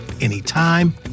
anytime